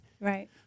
Right